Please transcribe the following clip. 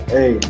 Hey